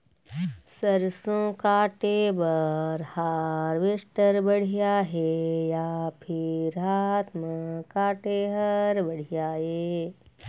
सरसों काटे बर हारवेस्टर बढ़िया हे या फिर हाथ म काटे हर बढ़िया ये?